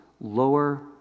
lower